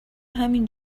همین